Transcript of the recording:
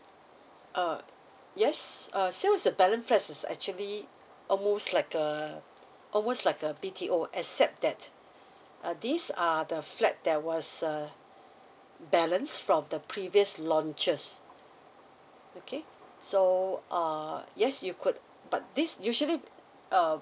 uh yes uh sales of balance flats is actually almost like a almost like a B_T_O except that uh these are the flats that was a balance from the previous launches okay so err yes you could but this usually uh